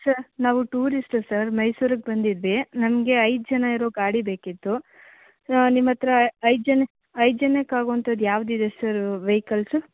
sir ನಾವು tourist sir ಮೈಸೂರಿಗೆ ಬಂದಿದ್ವಿ ನಮಗೆ ಐದು ಜನ ಇರೊ ಗಾಡಿ ಬೇಕಿತ್ತು ಸೋ ನಿಮ್ಮ ಹತ್ರ ಐದು ಜನ ಐದು ಜನಕ್ಕಾಗೊಂಥದ್ ಯಾವುದಿದೆ ಸರ್ ವೆಯ್ಕಲ್ಸು